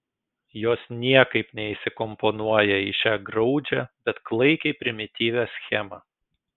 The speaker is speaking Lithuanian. jos niekaip neįsikomponuoja į šią graudžią bet klaikiai primityvią schemą